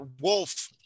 Wolf